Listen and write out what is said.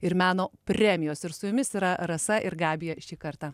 ir meno premijos ir su jumis yra rasa ir gabija šį kartą